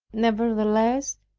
nevertheless,